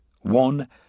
One